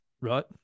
right